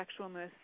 sexualness